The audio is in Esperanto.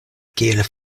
kiel